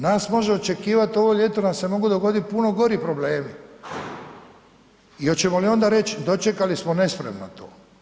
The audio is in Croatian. Nas može očekivat ovo ljeto nam se mogu dogoditi puno gori problemi i oćemo li onda reći dočekali smo nespremno to.